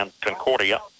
Concordia